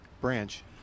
branch